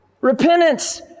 Repentance